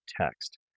text